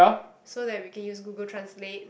so that we can use Google translate